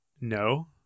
no